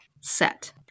Set